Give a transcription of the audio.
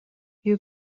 you